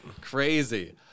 Crazy